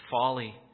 folly